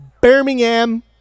Birmingham